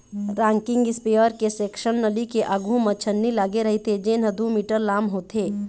rocking इस्पेयर के section नली के आघू म छन्नी लागे रहिथे जेन ह दू मीटर लाम होथे